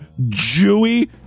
Jewy